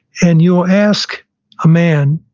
and you ask a man,